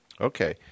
Okay